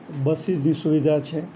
બસીસની સુવિધા છે